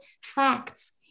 facts